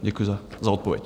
Děkuji za odpověď.